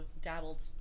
dabbled